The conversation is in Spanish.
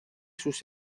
sus